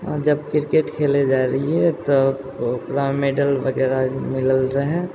जब क्रिकेट खेले जाइ रहियै तऽ ओकरामे मेडल वगैरह मिलल रहै